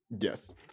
Yes